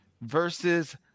versus